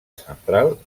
central